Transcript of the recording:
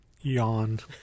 Yawned